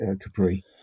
Capri